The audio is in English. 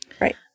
right